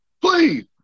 Please